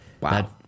Wow